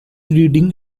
reading